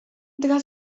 dla